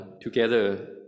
Together